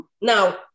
now